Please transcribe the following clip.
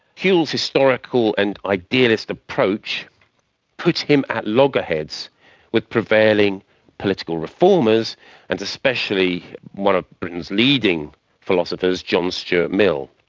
whewell's historical and idealist approach put him at loggerheads with prevailing political reformers and especially one of britain's leading philosophers john stuart mill,